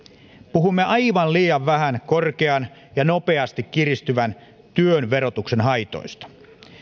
puhumme aivan liian vähän korkean ja nopeasti kiristyvän työn verotuksen haitoista